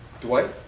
Dwight